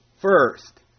First